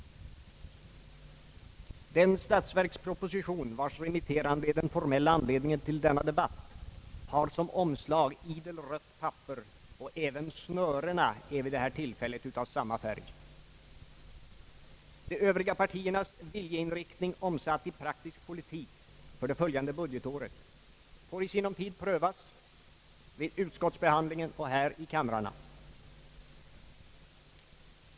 Den statsverksproposition, vars remitterande är den formella anledningen till denna debatt, har som omslag idel rött papper och även snören av samma färg. De övriga partiernas viljeinriktning omsatt i praktisk politik för det följande budgetåret får i sinom tid prövas vid utskottsbehandlingen och i kamrarna.